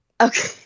Okay